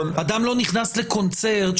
אדם לא נכנס לקונצרט,